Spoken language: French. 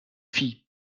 fille